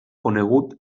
conegut